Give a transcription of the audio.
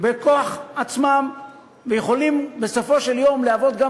בכוח עצמם ויכולים בסופו של יום להוות גם